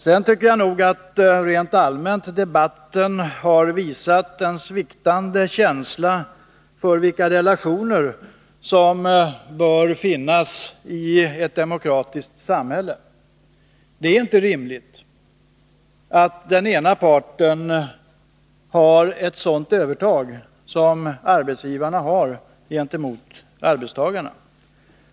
Rent allmänt tycker jag att debatten visat en sviktande känsla för de relationer som bör finnas i ett demokratiskt samhälle. Det är inte rimligt att den ena parten har ett sådant övertag som arbetsgivarna har gentemot arbetstagarna.